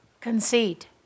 Conceit